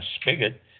spigot